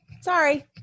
Sorry